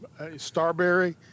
Starberry